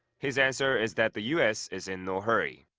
his answer is that the u s. is in no hurry.